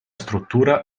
struttura